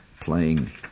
playing